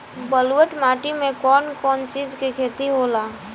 ब्लुअट माटी में कौन कौनचीज के खेती होला?